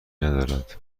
ندارد